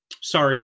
sorry